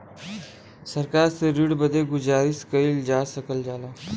सरकार से ऋण बदे गुजारिस कइल जा सकल जाला